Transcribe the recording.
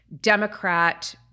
Democrat